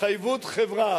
התחייבות חברה